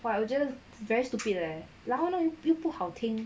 but 我觉得 very stupid leh 然后你又不好听